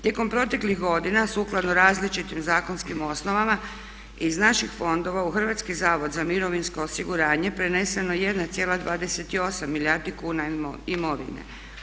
Tijekom proteklih godina sukladno različitim zakonskim osnovama iz naših fondova u Hrvatski zavod za mirovinsko osiguranje prenesena je 1,28 milijardi kuna imovine.